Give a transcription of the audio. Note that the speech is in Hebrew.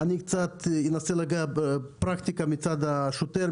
אני קצת אנסה לגעת בפרקטיקה מצד השוטר,